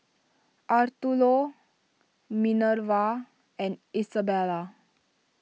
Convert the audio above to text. Arturo Minervia and Isabela